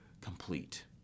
complete